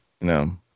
No